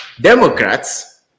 Democrats